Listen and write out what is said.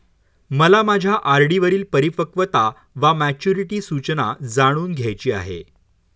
मला माझ्या आर.डी वरील परिपक्वता वा मॅच्युरिटी सूचना जाणून घ्यायची आहे